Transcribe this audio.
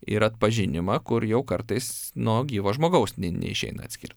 ir atpažinimą kur jau kartais nuo gyvo žmogaus ne neišeina atskirt